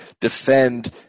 defend